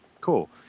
Cool